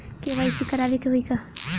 KYC करावे के होई का?